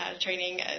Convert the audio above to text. training